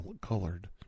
colored